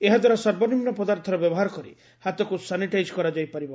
ଏହା ଦ୍ୱାରା ସର୍ବନିମ୍ନ ପଦାର୍ଥର ବ୍ୟବହାର କରି ହାତକୁ ସାନିଟାଇଜ୍ କରାଯାଇ ପାରିବ